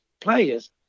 players